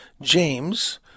James